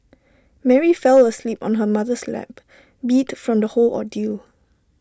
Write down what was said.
Mary fell asleep on her mother's lap beat from the whole ordeal